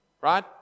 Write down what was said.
Right